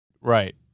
Right